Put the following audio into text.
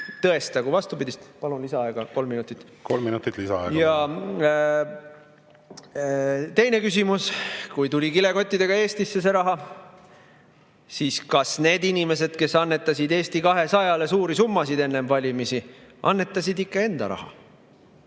Tõestagu vastupidist! Palun lisaaega kolm minutit! Kolm minutit lisaaega, palun! Teine küsimus: kui tuli kilekottidega Eestisse see raha, siis kas need inimesed, kes annetasid Eesti 200‑le suuri summasid enne valimisi, annetasid ikka enda raha?